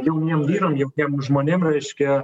jauniem vyram jauniem žmonėm reiškia